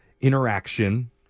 interaction